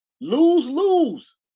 lose-lose